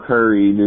Curry